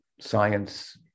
science